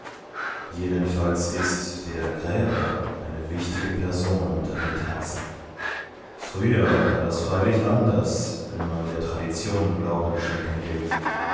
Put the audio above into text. jedenfalls ist der gräber eine wichtige person unter den thags früher war das freilich anders wenn man der tradition glauben schenken will